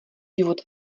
život